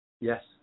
Yes